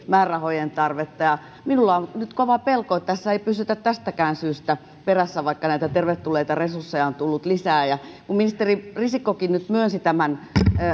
määrärahojen tarvetta minulla on nyt kova pelko että tässä ei pysytä tästäkään syystä perässä vaikka näitä tervetulleita resursseja on tullut lisää kun ministeri risikkokin nyt myönsi tämän